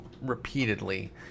repeatedly